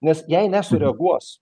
nes jei nesureaguos